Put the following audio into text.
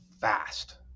fast